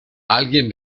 alguien